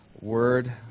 word